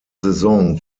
saison